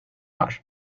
var